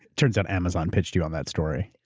turns out amazon pitched you on that story.